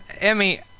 Emmy